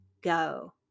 go